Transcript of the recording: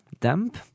damp